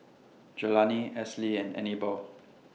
Jelani Esley and Anibal